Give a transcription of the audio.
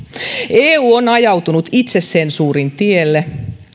eu on ajautunut itsesensuurin tielle